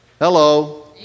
Hello